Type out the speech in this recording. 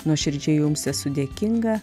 nuoširdžiai jums esu dėkinga